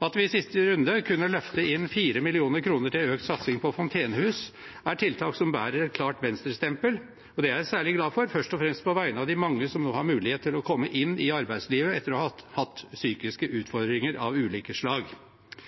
At vi i siste runde kunne løfte inn 4 mill. kr til økt satsing på fontenehus, er et tiltak som bærer et klart Venstre-stempel, og det er jeg særlig glad for, først og fremst på vegne av de mange som nå har mulighet til å komme inn i arbeidslivet etter å ha hatt psykiske utfordringer av ulike slag.